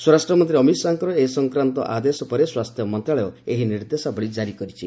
ସ୍ୱରାଷ୍ଟ୍ର ମନ୍ତ୍ରୀ ଅମିତ୍ ଶାହାଙ୍କର ଏସଂକ୍ରାନ୍ତ ଆଦେଶ ପରେ ସ୍ୱାସ୍ଥ୍ୟ ମନ୍ତ୍ରଣାଳୟ ଏହି ନିର୍ଦ୍ଦେଶାବଳୀ ଜାରି କରିଛି